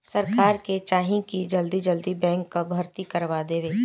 सरकार के चाही की जल्दी जल्दी बैंक कअ भर्ती के करवा देवे